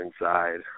inside